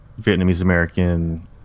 vietnamese-american